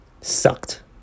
sucked